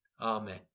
Amen